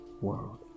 world